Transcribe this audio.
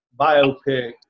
biopic